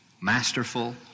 masterful